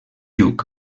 lluc